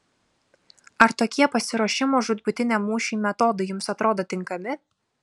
ar tokie pasiruošimo žūtbūtiniam mūšiui metodai jums atrodo tinkami